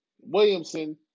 Williamson